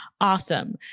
Awesome